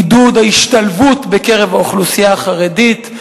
עידוד ההשתלבות בקרב האוכלוסייה החרדית.